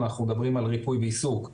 אנחנו מדברים על ריפוי בעיסוק ופיזיותרפיה,